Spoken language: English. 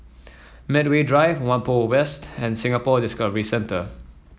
Medway Drive Whampoa West and Singapore Discovery Centre